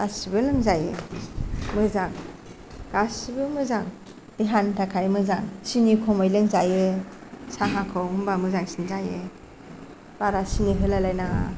गासिबो लोंजायो मोजां गासिबो मोजां देहानि थाखाय मोजां सिनि खमै लोंजायो साहाखौ होमबा मोजांसिन जायो बारा सिनि होलाय लायनाङा